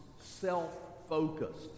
self-focused